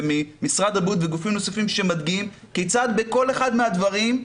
וממשרד הבריאות וגופים נוספים שמדגים כיצד בכל אחד מהדברים,